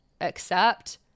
accept